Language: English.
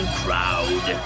crowd